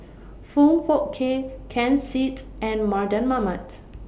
Foong Fook Kay Ken Seet and Mardan Mamat